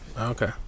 Okay